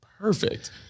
perfect